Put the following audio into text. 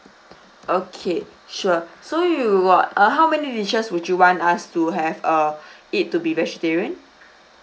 okay sure so you got uh how many dishes would you want us to have uh it to be vegetarian